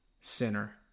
sinner